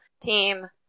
team